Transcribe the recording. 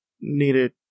needed